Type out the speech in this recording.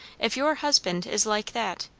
if your husband is like that,